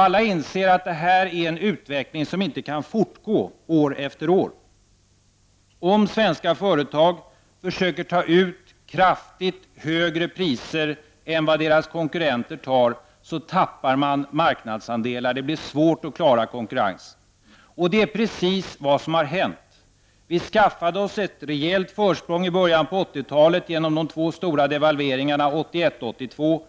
Alla inser att detta är en utveckling som inte kan fortgå år efter år. Om svenska företag försöker ta ut kraftigt högre priser än vad deras konkurrenter tar ut, så tappar man marknadsandelar. Det blir svårt att klara konkurrensen. Och det är precis vad som har hänt. Vi skaffade oss ett rejält försprång i början av 80-talet genom de två stora devalveringarna 1981 och